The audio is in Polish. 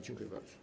Dziękuję bardzo.